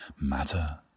matter